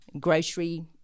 grocery